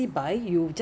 you have no choice